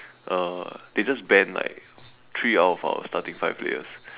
uh they just ban like three out of our starting five players